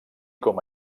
com